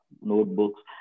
notebooks